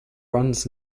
runs